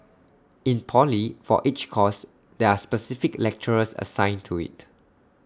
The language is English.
in poly for each course there are specific lecturers assigned to IT